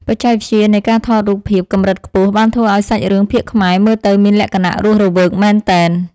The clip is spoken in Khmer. បច្ចេកវិទ្យានៃការថតរូបភាពកម្រិតខ្ពស់បានធ្វើឱ្យសាច់រឿងភាគខ្មែរមើលទៅមានលក្ខណៈរស់រវើកមែនទែន។